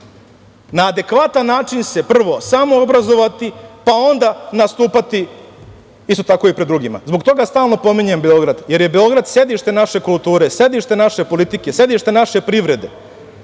Na adekvatan način se prvo samoobrazovati, pa onda nastupati isto tako i pred drugima. Zbog toga stalno pominjem Beograd, jer je Beograd sedište naše kulture, sedište naše politike, sedište naše privrede,